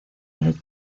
del